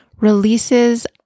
releases